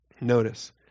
Notice